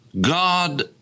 God